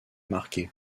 marqué